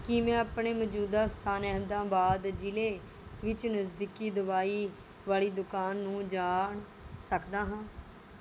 ਕੀ ਮੈਂ ਆਪਣੇ ਮੌਜੂਦਾ ਸਥਾਨ ਅਹਿਮਦਾਬਾਦ ਜ਼ਿਲ੍ਹੇ ਵਿੱਚ ਨਜ਼ਦੀਕੀ ਦਵਾਈ ਵਾਲੀ ਦੁਕਾਨ ਨੂੰ ਜਾਣ ਸਕਦਾ ਹਾਂ